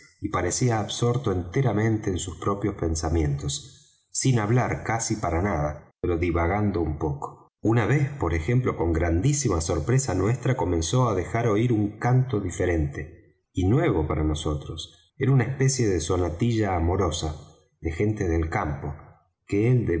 y parecía absorto enteramente en sus propios pensamientos sin hablar casi para nada pero divagando un poco una vez por ejemplo con grandísima sorpresa nuestra comenzó á dejar oir un canto diferente y nuevo para nosotros era una especie de sonatilla amorosa de gente del campo que él